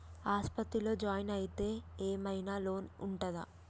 ఆస్పత్రి లో జాయిన్ అయితే ఏం ఐనా లోన్ ఉంటదా?